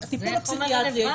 הטיפול הפסיכיאטרי.